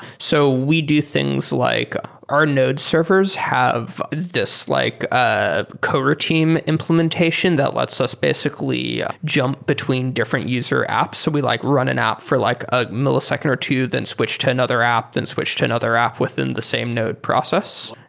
so we do things like our node servers have this like ah co-routine implementation that lets us basically jump between different user apps. we like run an app for like a millisecond or two then switch to another app, then switch to another app within the same node process.